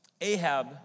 Ahab